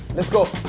let's go!